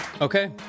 Okay